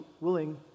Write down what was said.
willing